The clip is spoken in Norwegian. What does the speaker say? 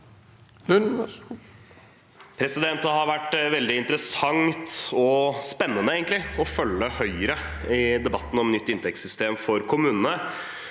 Det har vært veldig interessant og egentlig spennende å følge Høyre i debatten om nytt inntektssystem for kommunene,